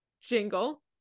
Jingle